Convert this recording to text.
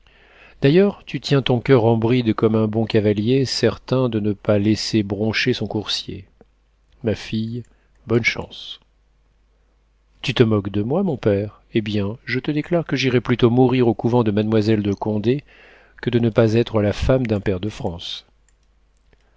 d'ailleurs tu tiens ton coeur en bride comme un bon cavalier certain de ne pas laisser broncher son coursier ma fille bonne chance tu te moques de moi mon père eh bien je te déclare que j'irai plutôt mourir au couvent de mademoiselle de condé que de ne pas être la femme d'un pair de france